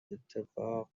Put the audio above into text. اتفاق